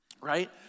right